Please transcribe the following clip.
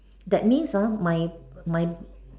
that means uh my my